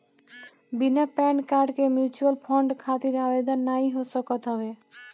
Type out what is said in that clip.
बिना pan card के mutual fund खातिर आवेदन नाइ हो सकत हवे